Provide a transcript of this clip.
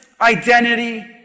identity